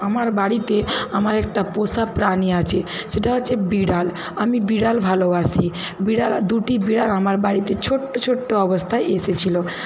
আমার বাড়িতে আমার একটা পোষা প্রাণী আছে সেটা হচ্ছে বিড়াল আমি বিড়াল ভালোবাসি বিড়াল আর দুটি বিড়াল আমার বাড়িতে ছোট্ট ছোট্ট অবস্থায় এসেছিল